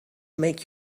make